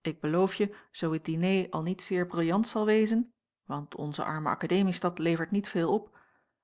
ik beloof je zoo het diner al niet zeer briljant zal wezen want onze arme akademiestad levert niet veel op